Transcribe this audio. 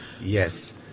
Yes